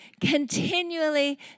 continually